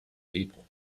people